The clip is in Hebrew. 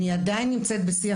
אני עדיין נמצאת בשיח,